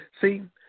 See